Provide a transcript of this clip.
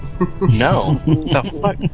No